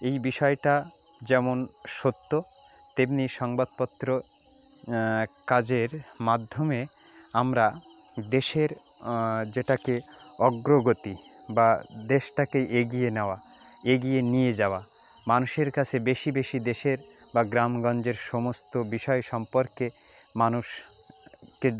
এই বিষয়টা যেমন সত্য তেমনি সংবাদপত্র কাজের মাধ্যমে আমরা দেশের যেটাকে অগ্রগতি বা দেশটাকে এগিয়ে নেওয়া এগিয়ে নিয়ে যাওয়া মানুষের কাছে বেশি বেশি দেশের বা গ্রামগঞ্জের সমস্ত বিষয় সম্পর্কে মানুষকে